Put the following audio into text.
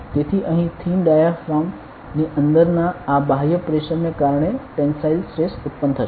તેથી અહીં thin diaphragm ની ઉપરના આ બાહ્ય પ્રેશર ને કારણે ટેનસાઇલ સ્ટ્રેસ ઉત્પન્ન થશે